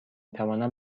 توانم